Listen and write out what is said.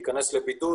תיכנס לבידוד".